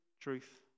truth